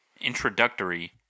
introductory